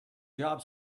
job